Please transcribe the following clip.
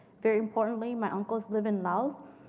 very importantly, my uncles live in laos,